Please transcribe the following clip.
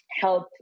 help